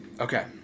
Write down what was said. Okay